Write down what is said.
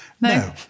No